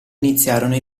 iniziarono